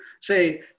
say